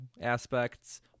aspects